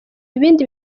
ibindi